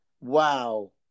Wow